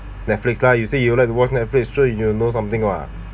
Netflix lah you say you like to watch Netflix sure you will know something lah